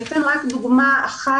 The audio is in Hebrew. אני אתן רק דוגמה אחת,